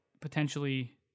potentially